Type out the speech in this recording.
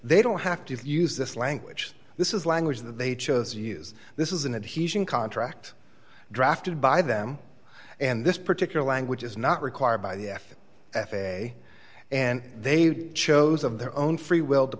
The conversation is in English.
they don't have to use this language this is language that they chose to use this is an adhesion contract drafted by them and this particular language is not required by the f a a and they chose of their own free will to